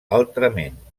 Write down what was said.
altrament